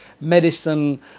medicine